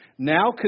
Now